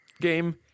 game